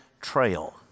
Trail